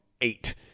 eight